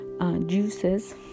juices